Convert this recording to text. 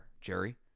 Jerry